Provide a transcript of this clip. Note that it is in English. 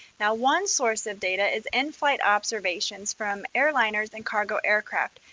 now one source of data is in-flight observations from airliners and cargo aircraft,